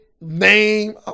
name